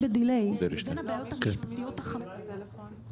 לפני 10 דקות דיברנו בדיוק על הסעיף הזה ובדיוק על השאלה